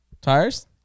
Tires